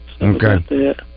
Okay